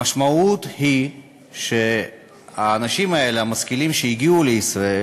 המשמעות היא שהאנשים המשכילים האלה שהגיעו לישראל,